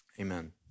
Amen